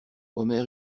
omer